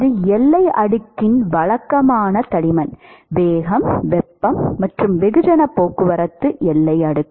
அது எல்லை அடுக்கின் வழக்கமான தடிமன் வேகம் வெப்பம் மற்றும் வெகுஜன போக்குவரத்து எல்லை அடுக்கு